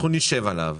אנחנו נשב עליו,